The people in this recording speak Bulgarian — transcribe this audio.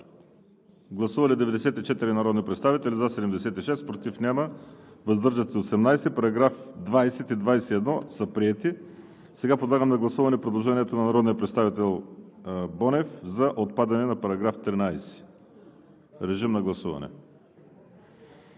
Гласували 94 народни представители: за 76, против няма, въздържали се 18. Параграфи 20 и 21 са приети. Сега подлагам на гласуване предложението на народния представител Бонев за отпадане на § 13. Гласували